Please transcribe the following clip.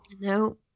No